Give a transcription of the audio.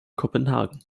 kopenhagen